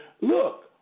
look